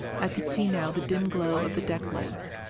i could see now the dim glow of the deck lights,